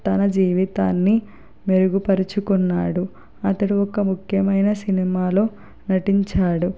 తన జీవితాన్ని మెరుగుపరుచుకున్నాడు అతడు ఒక ముఖ్యమైన సినిమాలో నటించాడు